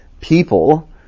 people